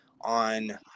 on